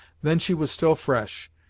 then she was still fresh,